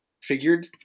figured